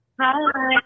Hi